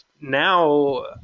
now